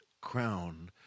crown